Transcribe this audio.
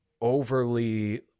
overly